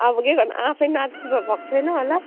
अब के गर्नु आफै नाच्नु त भएको छैन होला